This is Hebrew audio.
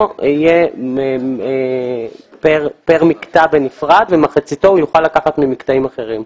תהיה פר מקטע בנפרד ומחציתו הוא יוכל לקחת ממקטעים אחרים.